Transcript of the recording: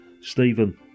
Stephen